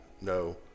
no